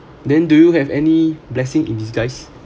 then do you have any blessing in disguise